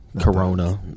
Corona